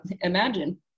imagine